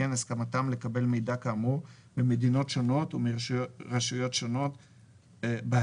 וכן הסכמתם לקבל מידע כאמור ממדינות שונות ומרשויות שונות בהן,